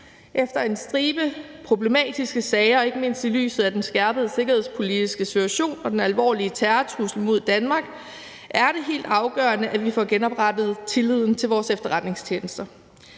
Efter en stribe problematiske sager og ikke mindst i lyset af den skærpede sikkerhedspolitiske situation og den alvorlige terrortrussel mod Danmark er det helt afgørende, at vi får genoprettet tilliden til vores efterretningstjenester.